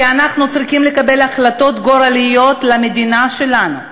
כי אנחנו צריכים לקבל החלטות גורליות למדינה שלנו,